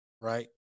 right